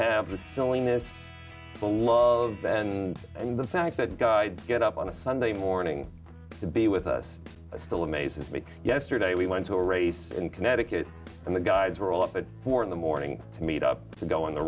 have the silliness the love and and the fact that guides get up on a sunday morning to be with us still amazes me yesterday we went to a race in connecticut and the guides were all up at four in the morning to meet up to go on the